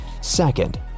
Second